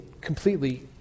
completely